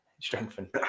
strengthen